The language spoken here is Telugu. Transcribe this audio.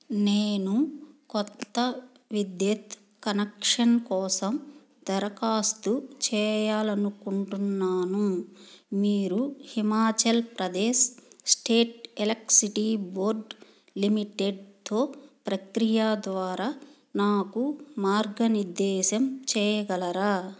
నేను కొత్త విద్యుత్ కనెక్షన్ కోసం దరఖాస్తు చేయాలి అనుకుంటున్నాను మీరు Himachal Pradesh state electricity board లిమిటెడ్తో ప్రక్రియ ద్వారా నాకు మార్గనిర్దేశం చేయగలరా